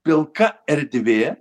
pilka erdvė